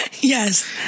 Yes